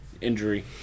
Injury